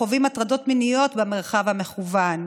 החווים הטרדות מיניות במרחב המקוון.